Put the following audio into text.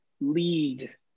lead